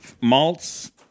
malts